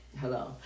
Hello